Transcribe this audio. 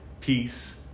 peace